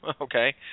okay